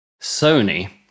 Sony